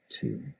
two